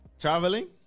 Traveling